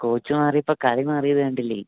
coach മാറിയപ്പോൾ കളി മാറിയത് കണ്ടില്ലേ